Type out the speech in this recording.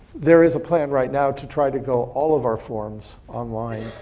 there is a plan right now to try to go all of our forms online,